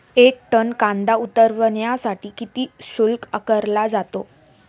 एक टन कांदा उतरवण्यासाठी किती शुल्क आकारला जातो?